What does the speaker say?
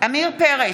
עמיר פרץ,